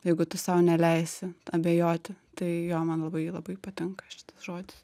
jeigu tu sau neleisi abejoti tai jo man labai labai patinka šitas žodis